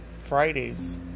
Fridays